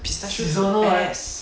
pistachio is the best